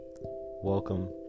welcome